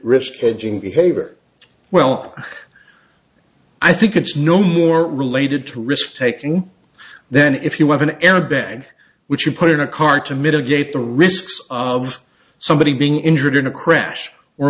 hedging behavior well i think it's no more related to risk taking then if you have an airbag which you put in a card to mitigate the risks of somebody being injured in a crash or